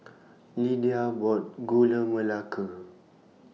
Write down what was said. Lidia bought Gula Melaka